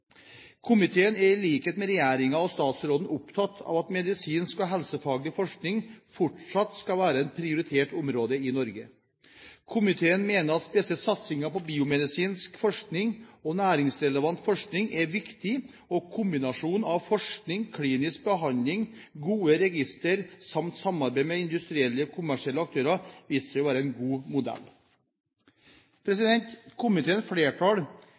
Komiteen er i likhet med regjeringen og statsråden opptatt av at medisinsk og helsefaglig forskning fortsatt skal være et prioritert område i Norge. Komiteen mener at spesielt satsingen på biomedisinsk forskning og næringsrelevant forskning er viktig. Kombinasjonen av forskning, klinisk behandling, gode registre samt samarbeid med industrielle og kommersielle aktører har vist seg å være en god modell. Komiteens flertall